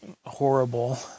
horrible